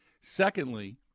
Secondly